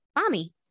Mommy